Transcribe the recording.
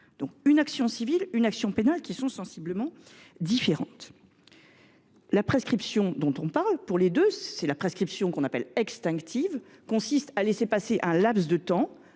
donc une action civile et une action pénale, qui sont de natures sensiblement différentes. La prescription dont il est ici question, c’est la prescription que l’on appelle « extinctive », qui consiste à laisser passer un laps de temps